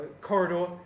corridor